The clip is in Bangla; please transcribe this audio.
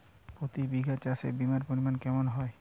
প্রতি বিঘা চাষে বিমার পরিমান কেমন হয়?